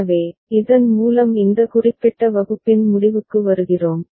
எனவே இதன் மூலம் இந்த குறிப்பிட்ட வகுப்பின் முடிவுக்கு வருகிறோம்